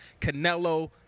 Canelo